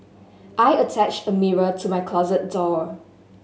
I attached a mirror to my closet door